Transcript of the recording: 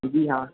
जी हाँ